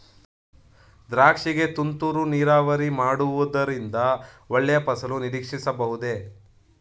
ದ್ರಾಕ್ಷಿ ಗೆ ತುಂತುರು ನೀರಾವರಿ ಮಾಡುವುದರಿಂದ ಒಳ್ಳೆಯ ಫಸಲು ನಿರೀಕ್ಷಿಸಬಹುದೇ?